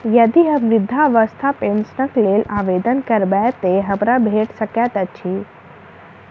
यदि हम वृद्धावस्था पेंशनक लेल आवेदन करबै तऽ हमरा भेट सकैत अछि?